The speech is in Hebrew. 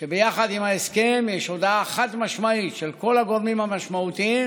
שביחד עם ההסכם יש הודעה חד-משמעית של כל הגורמים המשמעותיים